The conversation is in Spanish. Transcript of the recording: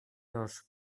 los